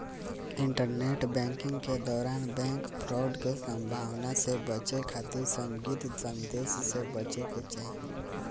internet banking के दौरान bank fraud के संभावना से बचे खातिर संदिग्ध संदेश से बचे के चाही